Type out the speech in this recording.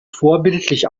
vorbildlich